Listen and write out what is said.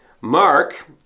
Mark